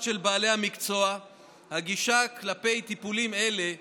של בעלי המקצוע הגישה כלפי טיפולים אלה שלילית,